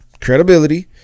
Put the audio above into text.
credibility